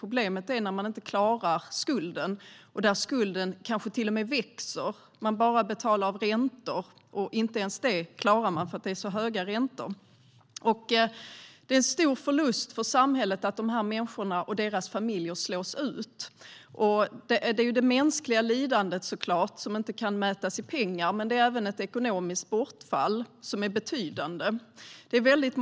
Problemet är när man inte klarar skulden och skulden kanske till och med växer. Man betalar bara räntor. Inte ens det klarar man, för det är så höga räntor. Det är en stor förlust för samhället att de här människorna och deras familjer slås ut. Det är såklart ett mänskligt lidande som inte kan mätas i pengar, men det är även ett betydande ekonomiskt bortfall.